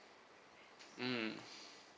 mm